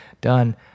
done